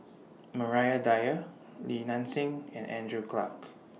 Maria Dyer Li Nanxing and Andrew Clarke